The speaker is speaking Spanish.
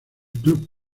club